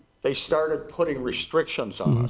they started putting restrictions on us.